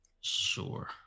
Sure